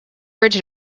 bridge